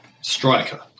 Striker